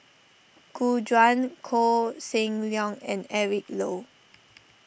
Gu Juan Koh Seng Leong and Eric Low